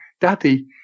Daddy